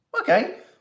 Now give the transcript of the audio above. Okay